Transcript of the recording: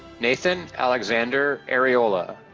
nathan alexander arreola,